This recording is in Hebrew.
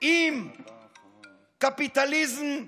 עם קפיטליזם אכזרי.